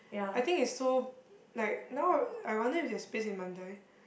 I think it's so like now I wonder if there's space in Mandai